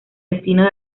destino